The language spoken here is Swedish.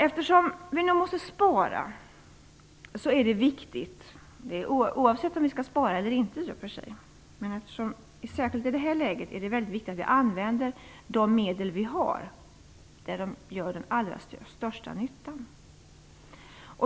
Eftersom vi nu måste spara är det viktigt att vi använder de medel som vi här där de gör allra störst nytta.